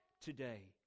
today